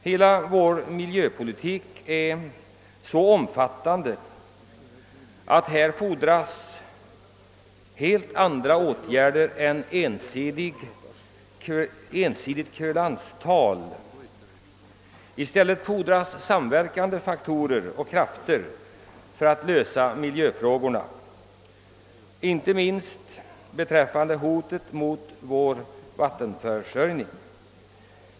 Hela vår miljöpolitik är så omfattande att vad som fordras är helt andra insatser än ensidigt kverulerande — vad som behövs är en samverkan mellan alla krafter för att lösa miljöfrågorna och komma till rätta med hotet, inte minst mot vår vattenförsörjning.